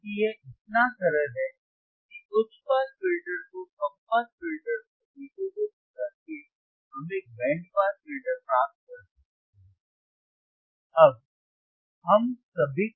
क्योंकि यह इतना सरल है कि उच्च पास फिल्टर को कम पास फिल्टर को एकीकृत करके हम एक बैंड पास फिल्टर प्राप्त कर सकते हैं